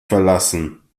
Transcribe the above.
verlassen